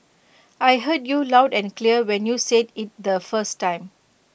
I heard you loud and clear when you said IT the first time